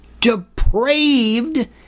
depraved